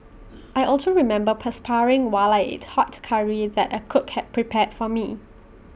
I also remember perspiring while I ate hot Curry that A cook had prepared for me